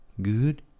Good